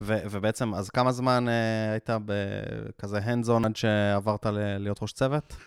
ובעצם, אז כמה זמן היית בכזה הנד זון עד שעברת להיות ראש צוות?